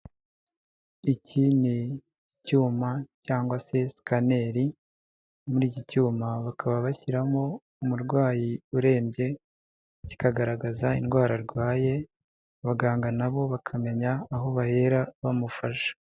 Iki ni icyuma cyangwa se sikaneri, muri iki cyuma bakaba bashyiramo umurwayi urembye kikagaragaza indwara arwaye, abaganga na bo bakamenya aho bahera bamufasha.